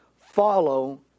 Follow